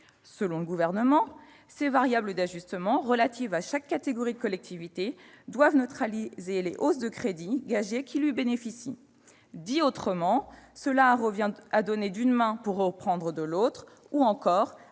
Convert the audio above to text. Selon le Gouvernement, « les variables d'ajustement relatives à chaque catégorie de collectivités doivent neutraliser les hausses de crédits gagées qui lui bénéficient »; dit autrement, cela revient à donner d'une main pour reprendre de l'autre, ou encore à